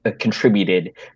contributed